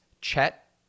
Chet